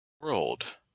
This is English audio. World